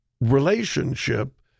relationship